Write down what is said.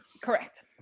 Correct